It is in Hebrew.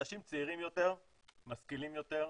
כלומר אנשים צעירים יותר, משכילים יותר,